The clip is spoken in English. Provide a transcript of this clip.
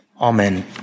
Amen